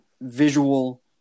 visual